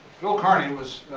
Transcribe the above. phil kearney was